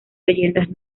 leyendas